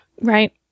Right